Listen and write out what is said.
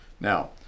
Now